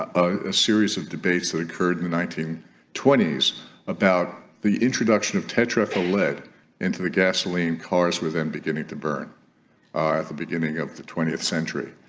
a series of debates that occurred in the nineteen twenty s about the introduction of tetraethyl lead into the gasoline cars were then beginning to burn ah at the beginning of the twentieth century